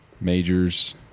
majors